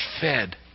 fed